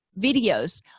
videos